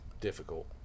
difficult